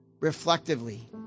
reflectively